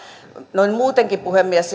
noin muutenkin jos puhemies